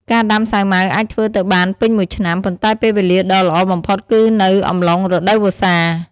ការដាំសាវម៉ាវអាចធ្វើទៅបានពេញមួយឆ្នាំ ប៉ុន្តែពេលវេលាដ៏ល្អបំផុតគឺនៅអំឡុងរដូវវស្សា។